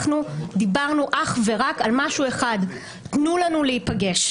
אנחנו דיברנו אך ורק על משהו אחד והוא תנו לנו להיפגש.